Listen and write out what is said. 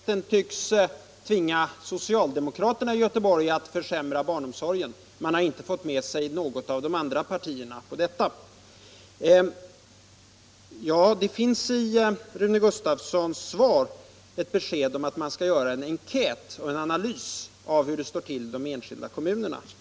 Herr talman! Verkligheten tycks, herr Göran Karlsson, tvinga socialdemokraterna i Göteborg att försämra barnomsorgen, men man har inte fått med sig något av de andra partierna. Det finns i Rune Gustavssons svar ett besked om att man skall göra en enkät och en analys beträffande läget i de enskilda kommunerna.